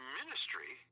ministry